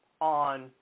on